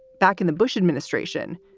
back in the bush administration,